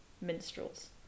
minstrels